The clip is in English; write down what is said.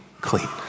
clean